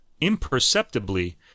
imperceptibly